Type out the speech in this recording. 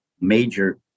major